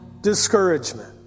discouragement